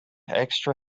extra